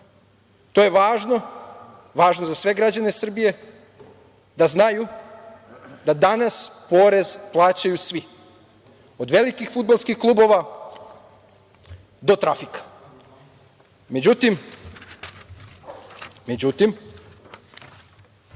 To je važno, važno za sve građane Srbije, da znaju da danas porez plaćaju svi, od velikih fudbalskih klubova do trafika.Međutim, ovo